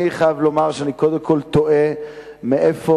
אני חייב לומר שאני קודם כול תוהה מאיפה